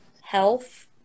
health